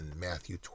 Matthew